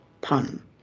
pun